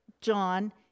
John